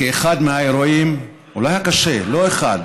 כאחד מהאירועים, אולי הקשה, לא "אחד":